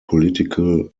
political